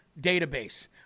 database